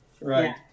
Right